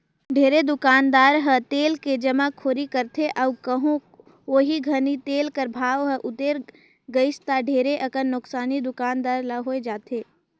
ढेरे दुकानदार ह तेल के जमाखोरी करथे अउ कहों ओही घनी तेल कर भाव हर उतेर गइस ता ढेरे अकन नोसकानी दुकानदार ल होए जाथे